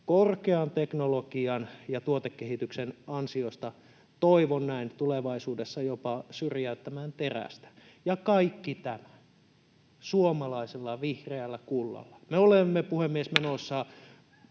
korkean teknologian ja tuotekehityksen ansiosta, toivon näin, jopa syrjäyttämään terästä, ja kaikki tämä suomalaisella vihreällä kullalla. Me olemme, puhemies,